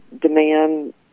demand